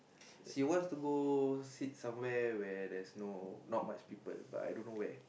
she wants to go sit somewhere where there's no not much people but I don't know where